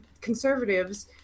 conservatives